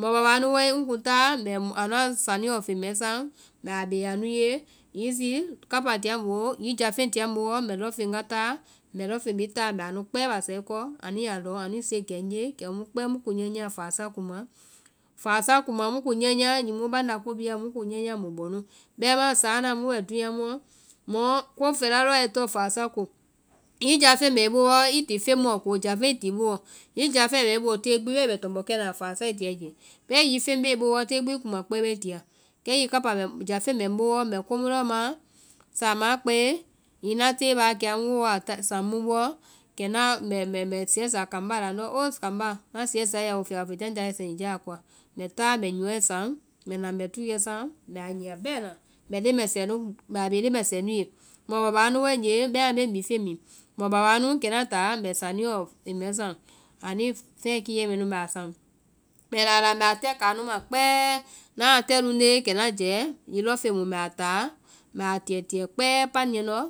mɔ babaa nu wae ŋ kuŋ táa mbɛ anuã saniɔ feŋ mɛɛ saŋ mbɛ a bee anu yaa, hiŋi zii kapa tia ŋ boo, hiŋi jáfeŋ tia ŋ booɔ, mbɛ leŋfeŋ wa táa, mbɛ lɔŋfeŋ bhii táa mbɛ mbɛ anu kpɛɛ basae kɔ, ani ya lɔŋ ni siekɛ ŋ ye kɛmu mu kpɛɛ mui̍ nyɛnyɛa faasa kuma. Faasa kuma mu kuŋ nyɛnyɛa, hiŋi mu banda ko bhii a mu kuŋ nyɛnyɛa mu bɔ nu. Bɛmaa̍ saana mu bɛ dúunya muɔ, mɔ, ko fɛla lɔɔ tɔŋ faasa kɔ, hiŋi jáfeŋ bɛ i booɔ, i ti feŋ mɔɔ ko jáfeŋ bɛ i booɔ, hiŋi jáfeŋɛ bɛ i booɔ tée gbi wai i bɛ tɔmbɔ kɛna la faasa i tia i ye. Bɛmaã hiŋi feŋ bee i booɔ tée gbi i kuma kpɛe wai ti, kɛ hiŋi kapa jáfeŋ bɛ ŋ booɔ mbɛ ko mu lɔɔ maã, saamaã a kpɛɛ, hiŋi ŋna tée baa kea, ŋ wooa saŋ mu buɔ, mbɛ sɛɛ sáa kambá la, ŋndɔ oo kambá ŋna sɛɛ sáa i ya oo fiyabɔ fɛjanjáa bɛ sɛtijaa a koa. Mbɛ táa mbɛ nyɔɔɛ saŋ mbɛ táa mbɛ túuɛ saŋ, mbɛ a nyia bɛna, mbɛ leŋ mɛɛsɛɛ nu, mbɛ a bee leŋ mɛɛsɛɛ nu ye. mɔ babaa nu waegee bɛmaã ŋgae mbe mifeŋ mi, mɔ babaa nu kɛ ŋna táa mbɛ saniɛɔ feŋ mɛɛ saŋ, feɛ kinyae mɛnu mbɛ a saŋ, mbɛ na a la mbɛ a tɛka anu ma kpɛɛ, naa a tɛlundee. kɛ ŋna jɛɛ hiŋi lɔŋ feŋ mu mbɛ a táa mbɛ a tíɛtíɛɛ kpɛɛ paniɛ nuɔ